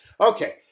okay